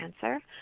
cancer